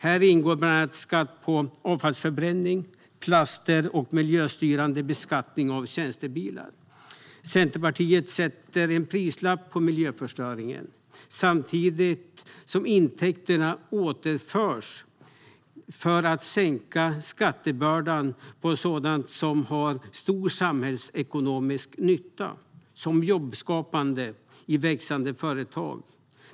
Här ingår bland annat skatt på avfallsförbränning, plaster och miljöstyrande beskattning av tjänstebilar. Centerpartiet sätter en prislapp på miljöförstöringen samtidigt som intäkterna återförs för att sänka skattebördan på sådant som har stor samhällsekonomisk nytta, som jobbskapande i växande företag.